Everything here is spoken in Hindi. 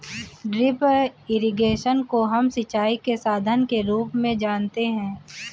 ड्रिप इरिगेशन को हम सिंचाई के साधन के रूप में जानते है